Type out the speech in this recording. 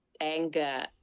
anger